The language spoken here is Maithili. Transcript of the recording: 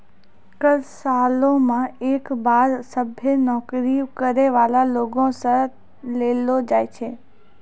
कर सालो मे एक बार सभ्भे नौकरी करै बाला लोगो से लेलो जाय छै